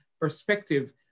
perspective